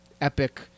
epic